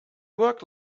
work